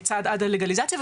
צעד עד לגליזציה,